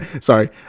sorry